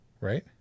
Right